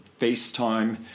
FaceTime